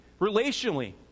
relationally